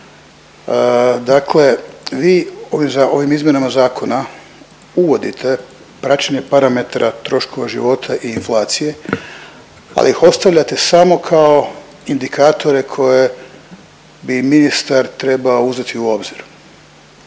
Dakle vi ovim izmjenama zakona uvodite praćenje parametra troškova života i inflacije, ali ih ostavljate samo kao indikatore koje bi ministar trebao uzeti u obzir.